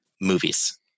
movies